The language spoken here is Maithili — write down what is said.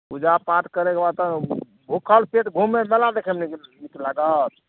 पूजा पाठ करैके बाद तऽ भुखल पेट घुमैमे मेला देखैमे नीक नीक लागत